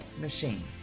machine